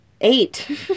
Eight